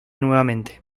nuevamente